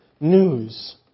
news